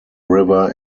river